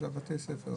אלה בתי הספר.